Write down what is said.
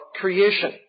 creation